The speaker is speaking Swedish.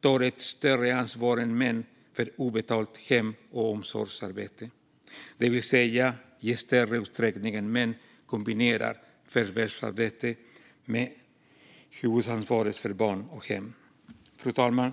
tar ett större ansvar för obetalt hem och omsorgsarbete, dvs. i större utsträckning än män kombinerar förvärvsarbete med huvudansvaret för barn och hem." Fru talman!